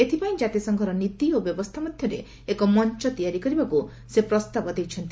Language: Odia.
ଏଥିପାଇଁ ଜାତିସଂଘର ନୀତି ଓ ବ୍ୟବସ୍ଥା ମଧ୍ୟରେ ଏକ ମଞ୍ଚ ତିଆରି କରିବାକୁ ସେ ପ୍ରସ୍ତାବ ଦେଇଛନ୍ତି